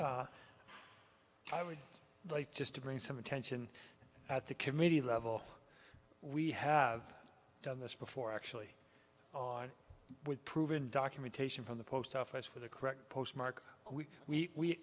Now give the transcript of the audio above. and i would like just to bring some attention at the committee level we have done this before actually on with proven documentation from the post office for the correct postmark we